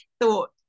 thought